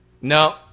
No